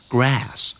Grass